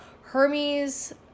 Hermes